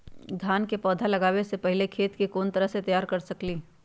धान के पौधा लगाबे से पहिले खेत के कोन तरह से तैयार कर सकली ह?